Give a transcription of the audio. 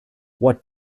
what